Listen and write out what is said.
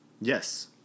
Yes